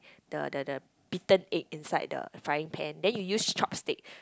the the the beaten egg inside the frying pan then you use chopstick